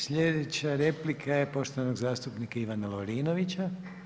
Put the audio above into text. Sljedeća replika je poštovanog zastupnika Ivana Lovrinovića.